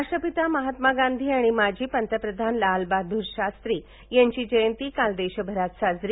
राष्ट्रपिता महात्मा गांधी आणि माजी पंतप्रधान लाल बहादूर शास्त्री यांची जयंती काल देशभरात साजरी